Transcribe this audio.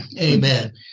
Amen